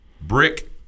Brick